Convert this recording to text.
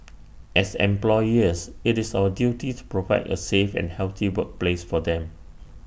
as employers IT is our duty to provide A safe and healthy workplace for them